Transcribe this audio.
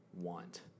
want